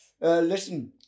listen